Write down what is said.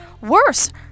Worse